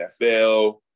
NFL